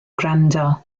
gwrando